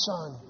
Son